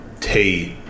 Tate